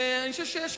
ואני חושב שזאת